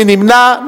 מי נמנע?